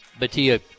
Batia